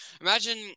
Imagine